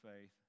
faith